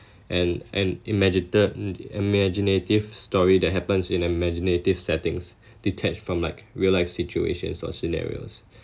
and and im~ imaginative story that happens in an imaginative settings detached from like real life situations or scenarios